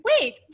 wait